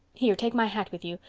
here. take my hat with you.